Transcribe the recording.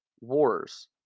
wars